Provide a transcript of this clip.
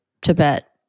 Tibet